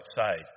outside